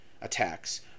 attacks